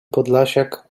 podlasiak